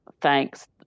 thanks